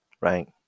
right